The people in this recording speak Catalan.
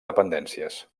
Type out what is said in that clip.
dependències